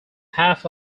half